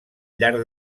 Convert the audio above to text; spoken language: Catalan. llarg